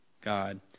God